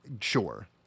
Sure